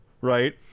right